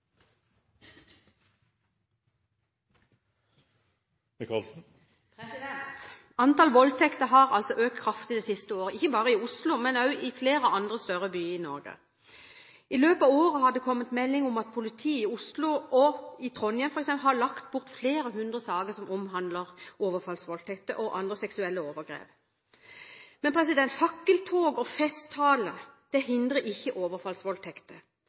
leie. Antall voldtekter har økt kraftig det siste året, ikke bare i Oslo, men også i flere andre større byer i Norge. I løpet av året har det kommet melding om at politiet i Oslo og i Trondheim har lagt bort flere hundre saker som omhandler overfallsvoldtekter og andre seksuelle overgrep. Men fakkeltog og festtaler hindrer ikke overfallsvoldtekter.